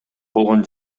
болгон